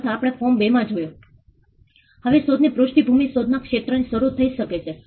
ખાસ કરીને ખાલી કરાવતી વખતે વિવિધ ઓળખ કાર્ડ જેવું ઠીક છે